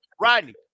Rodney